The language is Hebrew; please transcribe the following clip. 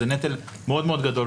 זה נטל מאוד-מאוד גדול.